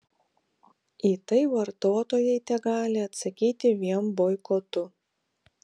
į tai vartotojai tegali atsakyti vien boikotu